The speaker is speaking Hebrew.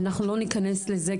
אנחנו לא ניכנס לזה,